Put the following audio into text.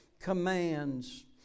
commands